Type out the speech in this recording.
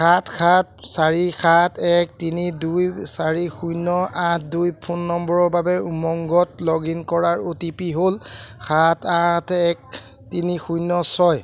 সাত সাত চাৰি সাত এক তিনি দুই চাৰি শূন্য আঠ দুই ফোন নম্বৰৰ বাবে উমংগত লগ ইন কৰাৰ অ' টি পি হ'ল সাত আঠ এক তিনি শূন্য ছয়